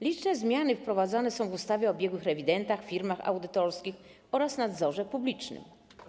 Liczne zmiany wprowadzane są w ustawie o biegłych rewidentach, firmach audytorskich oraz nadzorze publicznym.